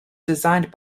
designed